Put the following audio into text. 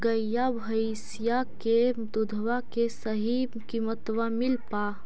गईया भैसिया के दूधबा के सही किमतबा मिल पा?